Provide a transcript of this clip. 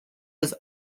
was